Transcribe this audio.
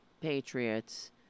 patriots